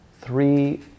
three